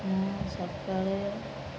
ମୁଁ ସକାଳେ